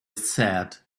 said